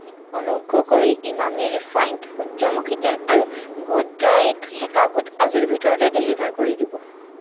অনুগ্ৰহ কৰি ইমামী ৰিফাইণ্ড সূৰ্য্যমুখী তেল আৰু গুড ডায়েট সেকা বুট আজিৰ ভিতৰতে ডেলিভাৰ কৰি দিব